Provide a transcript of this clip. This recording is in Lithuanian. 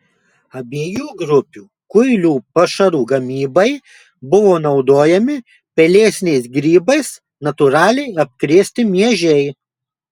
abiejų grupių kuilių pašarų gamybai buvo naudojami pelėsiniais grybais natūraliai apkrėsti miežiai